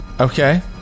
Okay